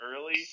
early